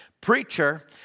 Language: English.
preacher